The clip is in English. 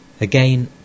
again